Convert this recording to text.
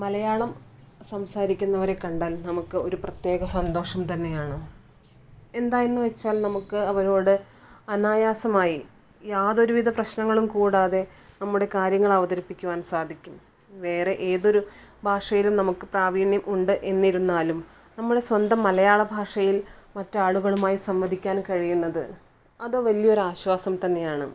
മലയാളം സംസാരിക്കുന്നവരെ കണ്ടാൽ നമുക്ക് ഒരു പ്രത്യേക സന്തോഷം തന്നെയാണ് എന്താണെന്ന് വെച്ചാൽ നമുക്ക് അവരോട് അനായാസമായി യാതൊരു വിധ പ്രശ്നങ്ങളും കൂടാതെ നമ്മുടെ കാര്യങ്ങൾ അവതരിപ്പിക്കുവാൻ സാധിക്കും വേറെ ഏതൊരു ഭാഷയിലും നമുക്ക് പ്രാവീണ്യം ഉണ്ട് എന്നിരുന്നാലും നമ്മുടെ സ്വന്തം മലയാള ഭാഷയിൽ മറ്റു ആളുകളുമായി സംവദിക്കാൻ കഴിയുന്നത് അത് വലിയ ഒരു ആശ്വാസം തന്നെയാണ്